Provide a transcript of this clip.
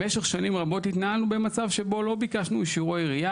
במשך שנים רבות התנהלנו במצב שבו לא ביקשנו אישורי ראייה,